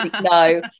no